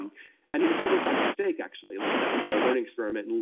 and he discovered this by mistake, actually, a little bit. he did a learning experiment, and